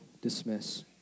dismiss